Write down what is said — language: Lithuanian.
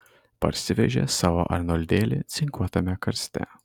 parsivežė savo arnoldėlį cinkuotame karste